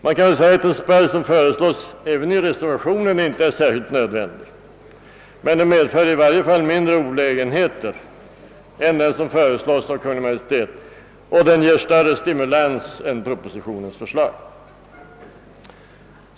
Den spärr som föreslås även i reservationen är kanske inte särskilt nödvändig, men den medför i varje fall mindre olägenheter än den som föreslås av Kungl. Maj:t och den ger större stimulans än propositionens förslag.